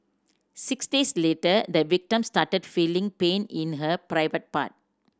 six days later the victim started feeling pain in her private part